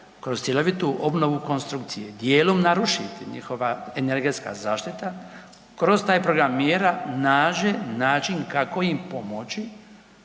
kroz cjelovitu obnovu konstrukcije dijelom narušiti njihova energetska zaštita kroz taj program mjera nađe način kako im pomoći